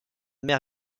mère